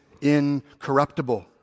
incorruptible